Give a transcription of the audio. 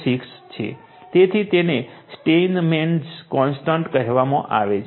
6 છે તેથી તેને સ્ટેઈનમેટ્ઝ કોન્સટન્ટ કહેવામાં આવે છે